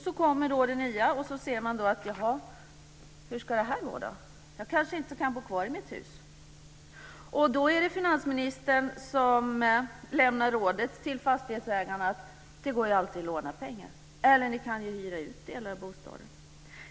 Så kommer då det nya, och de undrar hur det ska gå. De kanske inte kan bo kvar i sina hus. Då lämnar finansministern ett råd till fastighetsägarna: Det går ju alltid att låna pengar, eller ni kan hyra ut delar av bostaden.